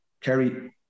Kerry